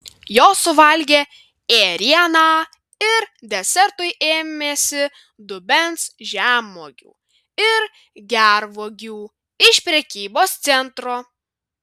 jos suvalgė ėrieną ir desertui ėmėsi dubens žemuogių ir gervuogių iš prekybos centro